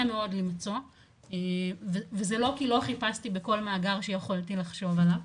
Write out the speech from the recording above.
מאוד למצוא וזה לא כי לא חיפשתי בכל מאגר שיכולתי לחשוב עליו,